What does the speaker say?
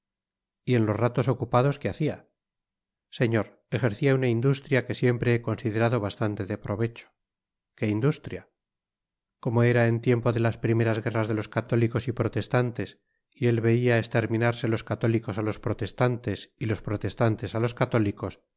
y en los ratos ocupados que hacia señor ejercia una industria que siempre he considerado bastante de pro vecho qué industria como era en tiempo de las primeras guerras de los católicos y protestantes v él veia esterminarse los católicos á los proteslantes y los protestantes á los católicos